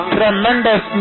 tremendous